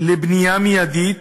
לבנייה מיידית,